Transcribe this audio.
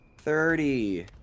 thirty